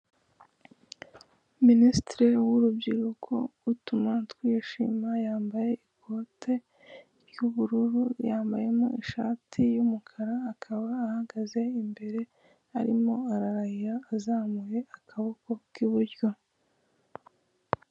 Minisitiri w'urubyiruko Utumatwishima yambaye ikoti ry'ubururu, yambayemo ishati y'umukara, akaba ahagaze imbere arimo ararahira azamuye akaboko k'iburyo.